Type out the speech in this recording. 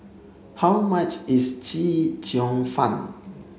how much is Chee Cheong Fun